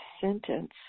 sentence